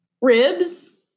Ribs